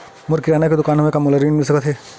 मोर किराना के दुकान हवय का मोला ऋण मिल सकथे का?